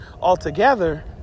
altogether